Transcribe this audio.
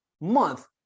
month